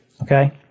Okay